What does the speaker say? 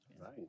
Right